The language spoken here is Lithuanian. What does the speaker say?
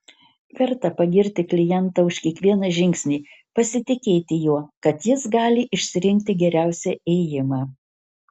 verta pagirti klientą už kiekvieną žingsnį pasitikėti juo kad jis gali išsirinkti geriausią ėjimą